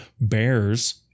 Bears